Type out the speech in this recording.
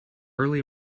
early